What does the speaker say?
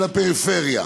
של הפריפריה.